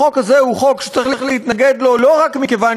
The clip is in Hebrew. החוק הזה הוא חוק שצריך להתנגד לו לא רק מכיוון